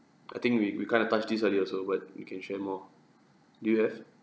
I think we we kind of touched this earlier also but you can share more do you have